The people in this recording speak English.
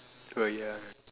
oh ya